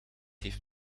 heeft